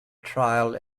trial